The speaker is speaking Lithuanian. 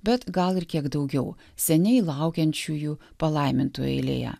bet gal ir kiek daugiau seniai laukiančiųjų palaimintų eilėje